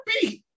beat